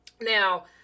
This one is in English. Now